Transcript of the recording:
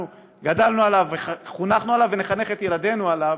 גדלנו עליו וחונכנו עליו ונחנך את ילדינו עליו,